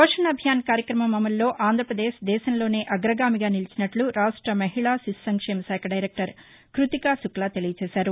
పోషణ్ అభియాన్ కార్యక్రమం అమల్లో ఆంధ్రపదేశ్ దేశంలోనే అగ్రగామిగా నిలిచినట్లు రాష్ట మహిళా శిశు సంక్షేమశాఖ దైరెక్టర్ కృతికా శుక్లా తెలియచేశారు